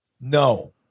No